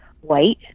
white